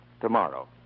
tomorrow